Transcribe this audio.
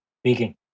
speaking